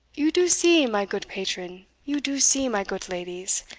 you do see, my goot patron, you do see, my goot ladies,